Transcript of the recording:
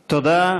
תודה.